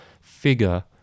figure